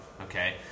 Okay